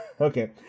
Okay